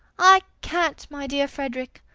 i can't, my dear frederick.